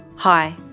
Hi